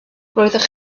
roeddech